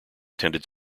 tended